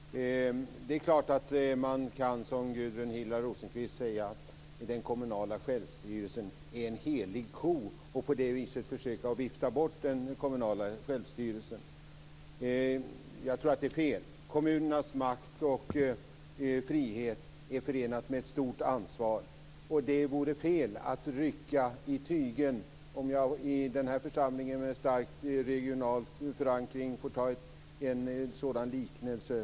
Fru talman! Det är klart att man som Helena Hillar Rosenqvist kan säga att den kommunala självstyrelsen är en helig ko och på det viset försöka att vifta bort den. Jag tror att det är fel. Kommunernas makt och frihet är förenat med stort ansvar. Det vore fel att rycka i tömmen, om jag i den här församlingen med starkt regional förankring får ta en sådan liknelse.